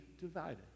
divided